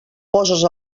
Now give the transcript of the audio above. poses